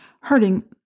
hurting